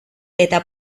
eta